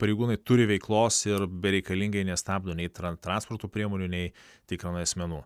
pareigūnai turi veiklos ir bereikalingai nestabdo nei tra transporto priemonių nei tikrina asmenų